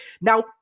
Now